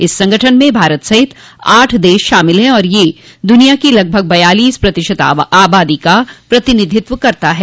इस संगठन में भारत सहित आठ देश शामिल है और यह दुनिया की लगभग बयालीस प्रतिशत आबादी का प्रतिनिधित्व करता है